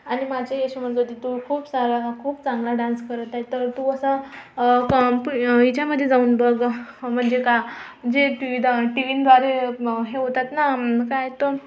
आणि माझी आई अशी म्हणत होती तू खूप सारा खूप चांगला डान्स करत आहे तर तू असं कॉम्प येच्यामधे जाऊन बघ म्हणजे का जे टी वी टीव्हींद्वारे म हे होतात ना काय तो